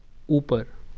اوپر